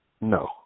No